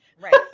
right